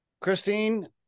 Christine